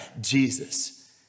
Jesus